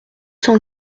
cent